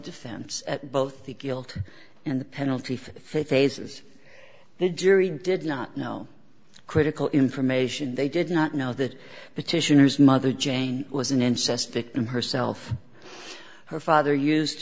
defense at both the guilt and the penalty phase is the jury did not know critical information they did not know that petitioners mother jane was an incest victim herself her father used